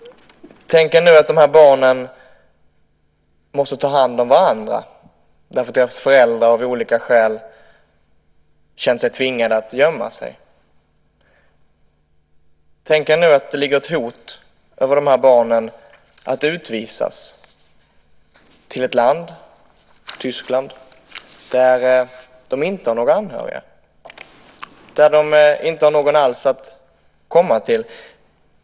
Tänk er nu att de här barnen måste ta hand om varandra därför att deras föräldrar av olika skäl känt sig tvingade att gömma sig. Tänk er nu att det ligger ett hot över de här barnen att utvisas till ett land, Tyskland, där de inte har några anhöriga, där de inte har någon alls att komma till.